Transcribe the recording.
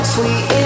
Sweet